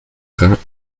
rat